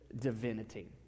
divinity